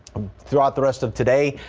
throughout the rest of today.